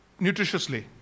nutritiously